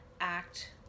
act